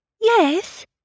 Yes